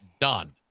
done